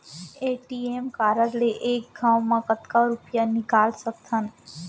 ATM card ले एक घव म कतका रुपिया निकाल सकथव?